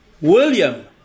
William